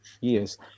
years